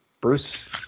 Bruce